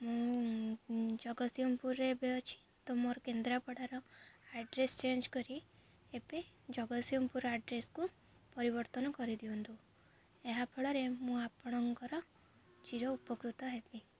ମୁଁ ଜଗତସିଂହପୁରରେ ଏବେ ଅଛି ତ ମୋର କେନ୍ଦ୍ରାପଡ଼ାର ଆଡ୍ରେସ ଚେଞ୍ଜ କରି ଏବେ ଜଗତସିଂହପୁର ଆଡ୍ରେସ୍କୁ ପରିବର୍ତ୍ତନ କରିଦିଅନ୍ତୁ ଏହା ଫଳରେ ମୁଁ ଆପଣଙ୍କର ଚିର ଉପକୃତ ହେବି